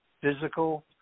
physical